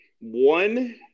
one